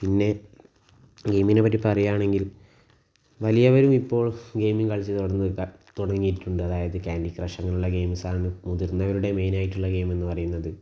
പിന്നെ ഗെയിമിനെ പറ്റി പറയുവാണെങ്കിൽ വലിയവരും ഇപ്പോൾ ഗെയമിങ് കളിച്ചു തുടങ്ങി തുടങ്ങിയിട്ടുണ്ട് അതായത് ക്യാന്റി ക്രഷ് ഗെയിംസാണ് മുതിർന്നവരുടെ മെയ്നായിട്ടുള്ള ഗെയിം എന്ന് പറയുന്നത്